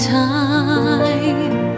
time